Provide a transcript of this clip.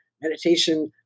meditation